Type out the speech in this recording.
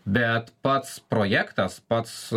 bet pats projektas pats